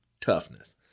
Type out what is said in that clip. Toughness